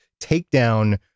takedown